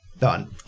Done